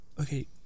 okay